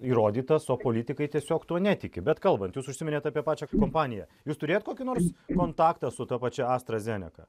įrodytas o politikai tiesiog tuo netiki bet kalbant jūs užsiminėt apie pačią kompaniją jūs turėjot kokį nors kontaktą su ta pačia astra zeneka